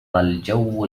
الجو